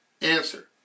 Answer